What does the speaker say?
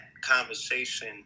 conversation